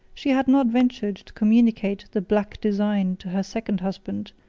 she had not ventured to communicate the black design to her second husband,